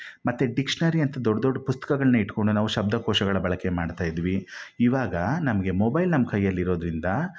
ಮತ್ತು ಡಿಕ್ಷ್ನರಿ ಅಂತ ದೊಡ್ಡ ದೊಡ್ಡ ಪುಸ್ತಕಗಳನ್ನ ಇಟ್ಕೊಂಡು ನಾವು ಶಬ್ಧಕೋಶಗಳ ಬಳಕೆ ಮಾಡ್ತಾಯಿದ್ವಿ ಈವಾಗ ನಮಗೆ ಮೊಬೈಲ್ ನಮ್ಮ ಕೈಯ್ಯಲ್ಲಿ ಇರೋದರಿಂದ